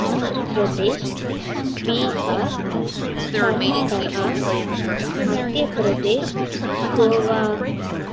Andhra Pradesh Bihar Karnataka Madhya Pradesh Goa